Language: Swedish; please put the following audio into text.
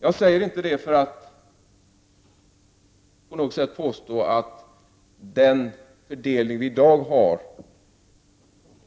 Jag säger inte detta för att på något sätt påstå att den fördelning som vi i dag har